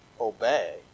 obey